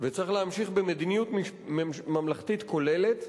וצריך להמשיך במדיניות ממלכתית כוללת,